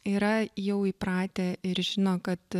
yra jau įpratę ir žino kad